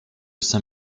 cinq